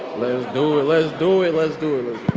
do it let's do it, let's do it.